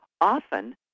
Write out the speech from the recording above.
often